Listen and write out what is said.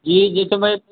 जी जी तो मैं